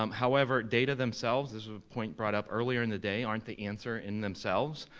um however, data themselves, this was a point brought up earlier in the day, aren't the answer in themselves.